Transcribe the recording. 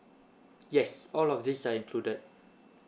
yes all of these are included